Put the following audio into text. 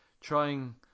trying